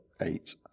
eight